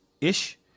Ish